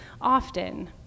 often